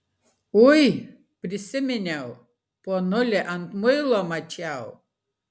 ui prisiminiau ponulį ant muilo mačiau